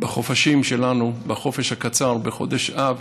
בחופשים שלנו, בחופש הקצר בחודש אב,